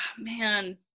Man